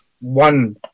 one